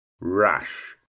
rash